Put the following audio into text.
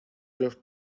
los